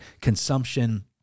consumption